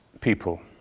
people